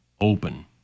open